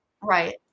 right